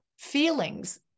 Feelings